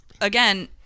again